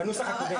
בנוסח הקודם.